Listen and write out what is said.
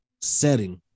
setting